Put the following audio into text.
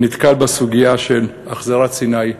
נתקל בסוגיה של החזרת סיני.